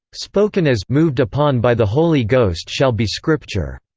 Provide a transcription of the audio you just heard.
spoken as moved upon by the holy ghost shall be scripture.